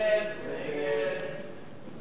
ההסתייגות של קבוצת סיעת חד"ש